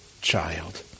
child